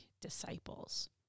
disciples